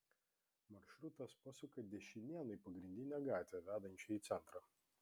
maršrutas pasuka dešinėn į pagrindinę gatvę vedančią į centrą